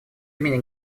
имени